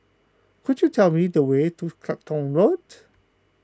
could you tell me the way to Clacton Road